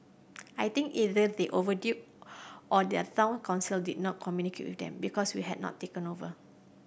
I think either they or their son council did not communicate with them because we had not taken over